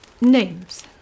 names